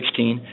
2016